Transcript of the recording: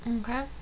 Okay